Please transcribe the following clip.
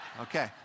Okay